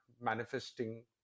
manifesting